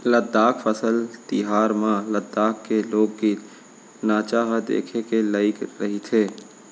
लद्दाख फसल तिहार म लद्दाख के लोकगीत, नाचा ह देखे के लइक रहिथे